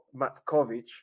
Matkovic